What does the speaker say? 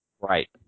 Right